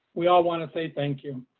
we all want to say thank you.